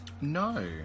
No